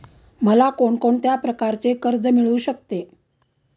मला कोण कोणत्या प्रकारचे कर्ज मिळू शकते?